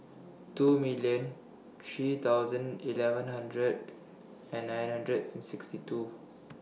two million three thousand eleven hundred and nine hundred and sixty two